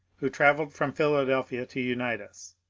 who travelled from philadelphia to unite us.